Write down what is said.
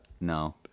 No